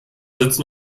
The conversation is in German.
sitzen